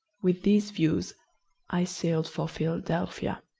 with these views i sailed for philadelphia.